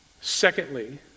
Secondly